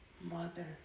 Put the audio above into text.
Mother